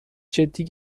جدی